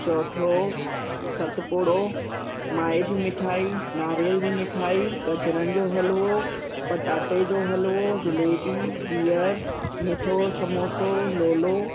चौथो सतपुड़ो माए जी मिठाई नारेल जी मिठाई गजरनि जो हलवो पटाटे जो हलवो जिलेबी गिहर मिठो समोसो लोलो